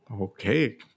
Okay